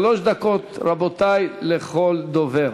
שלוש דקות, רבותי, לכל דובר.